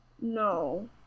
No